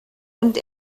und